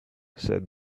said